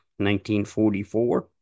1944